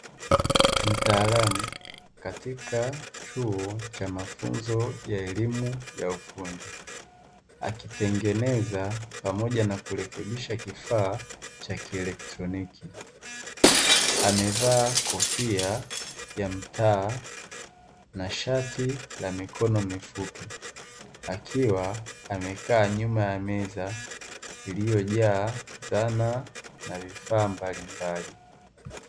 Mtaalamu katika chuo cha mafunzo ya elimu ya ufundi akitengeneza pamoja na kulekebisha kifaa cha kielektroniki, amevaa kofia ya mtaa na shati la mikono mifupi akiwa amekaa nyuma meza iliyojaa zana na vifaa mbalimbali.